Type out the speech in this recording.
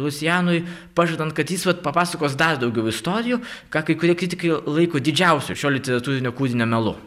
lusianui pažadant kad jis vat papasakos dar daugiau istorijų ką kai kurie kritikai laiko didžiausiu šio literatūrinio kūrinio melu